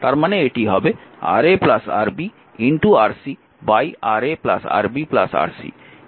তার মানে এটি হবে Ra Rb Rc Ra Rb Rc